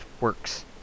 works